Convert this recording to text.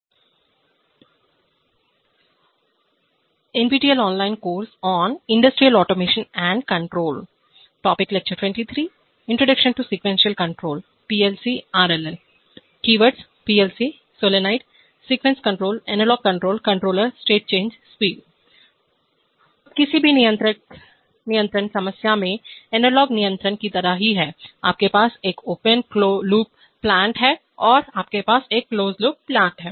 अब किसी भी नियंत्रण समस्या में एनालॉग नियंत्रण की तरह ही है आपके पास एक ओपन लूप प्लांट है और आपके पास एक क्लोज लूप प्लांट है